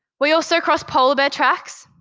we also crossed polar bear tracks,